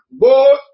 Go